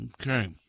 Okay